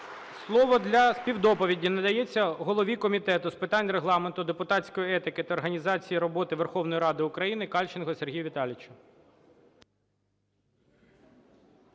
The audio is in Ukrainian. Слово для співдоповіді надається голові Комітету з питань Регламенту, депутатської етики та організації роботи Верховної Ради України Кальченко Сергію Віталійовичу.